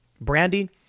Brandy